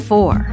Four